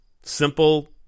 simple